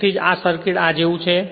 તેથી જ આ સર્કિટ આ જેવું છે